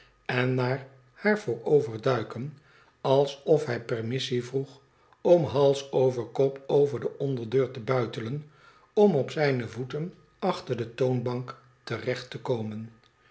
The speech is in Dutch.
en naar haar vooroverduiken alsof hij permissie vroeg om hals over kop over de onderdeur te buitelen om op zijne voeten achter de toonbank te recht te komen